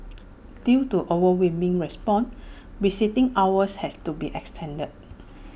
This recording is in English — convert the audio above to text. due to overwhelming response visiting hours had to be extended